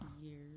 years